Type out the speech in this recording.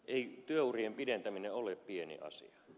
ei työurien pidentäminen ole pieni asia